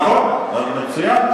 זה קצת יותר, נכון, מצוין.